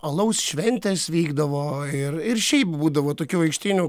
alaus šventės vykdavo ir ir šiaip būdavo tokių aikštynių